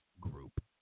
Group